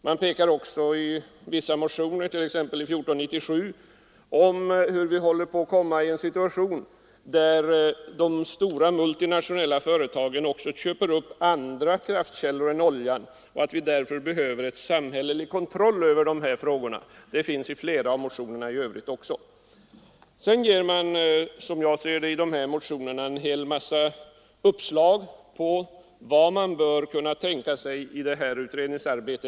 Man pekar i vissa motioner, t.ex. nr 1497, på hur vi är på väg in i en situation där de stora multinationella företagen också köper upp andra kraftkällor än olja och att vi därför behöver samhällelig kontroll över dessa frågor. Vidare ger man i dessa motioner en hel mängd uppslag till vad som skulle kunna tas upp i ett utredningsarbete.